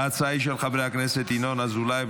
ההצעה היא של חברי הכנסת ינון אזולאי,